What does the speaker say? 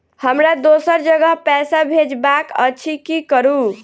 हमरा दोसर जगह पैसा भेजबाक अछि की करू?